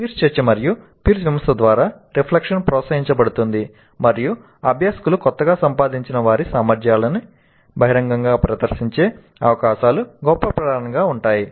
peer చర్చ మరియు peer విమర్శల ద్వారా రిఫ్లెక్షన్ ప్రోత్సహించబడుతుంది మరియు అభ్యాసకులు కొత్తగా సంపాదించిన వారి సామర్థ్యాన్ని బహిరంగంగా ప్రదర్శించే అవకాశాలు గొప్ప ప్రేరణగా ఉంటాయి